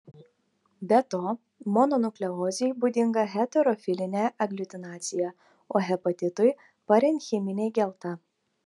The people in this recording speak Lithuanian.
be to mononukleozei būdinga heterofilinė agliutinacija o hepatitui parenchiminė gelta